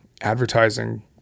advertising